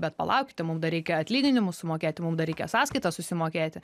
bet palaukite mum dar reikia atlyginimus sumokėti mum dar reikia sąskaitas susimokėti